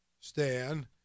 Stan